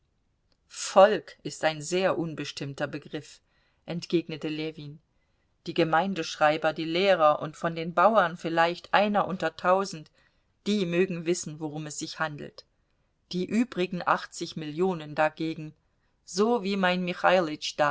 volk ist ein sehr unbestimmter begriff entgegnete ljewin die gemeindeschreiber die lehrer und von den bauern vielleicht einer unter tausend die mögen wissen worum es sich handelt die übrigen achtzig millionen dagegen so wie mein